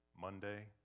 Monday